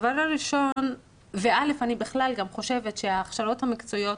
אני בכלל גם חושבת שההכשרות המקצועיות